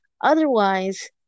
otherwise